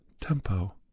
tempo